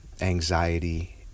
anxiety